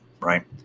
right